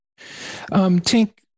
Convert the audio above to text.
Tink